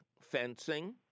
fencing